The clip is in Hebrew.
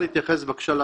בקצרה,